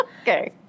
Okay